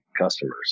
customers